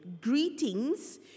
greetings